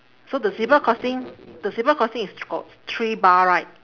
so the zebra crossing the zebra crossing is got three bar right